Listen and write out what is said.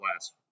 last